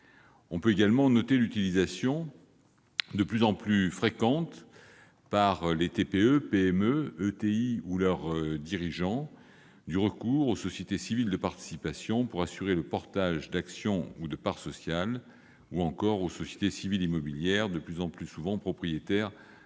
On peut également noter le recours de plus en plus fréquent par les TPE, PME ou ETI aux sociétés civiles de participation pour assurer le portage d'actions ou de parts sociales, ou encore aux sociétés civiles immobilières, de plus en plus souvent propriétaires